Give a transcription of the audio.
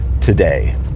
today